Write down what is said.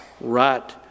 right